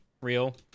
real